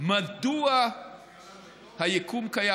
מדוע היקום קיים.